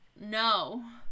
no